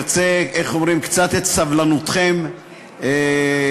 עוברים להצעת חוק נתוני אשראי,